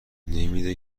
نمیده